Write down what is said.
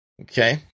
Okay